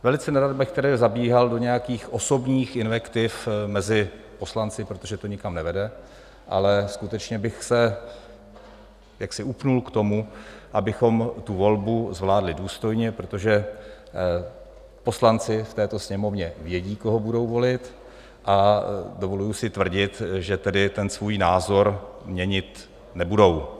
Velice nerad bych tady zabíhal do nějakých osobních invektiv mezi poslanci, protože to nikam nevede, ale skutečně bych se jaksi upnul k tomu, abychom tu volbu zvládli důstojně, protože poslanci v této Sněmovně vědí, koho budou volit, a dovoluji si tvrdit, že svůj názor měnit nebudou.